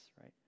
right